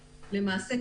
ה-FDA,